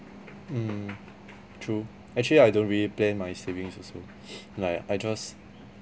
mm true actually I don't really plan my savings also like I just